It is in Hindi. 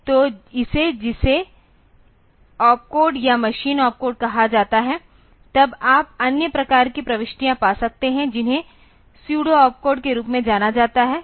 तो इसे जिसे ओपकोड या मशीन ओपकोड कहा जाता है तब आप अन्य प्रकार की प्रविष्टियाँ पा सकते हैं जिन्हें सुएडो ऑपकोड के रूप में जाना जाता है